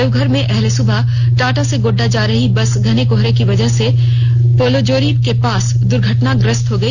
देवघर में अहले सुबह टाटा से गोड्डा जा रही बस घने कोहरे के वजह से पालोजोरी के पास दुर्घटनाग्रस्त हो गई